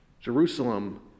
Jerusalem